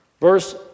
Verse